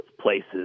places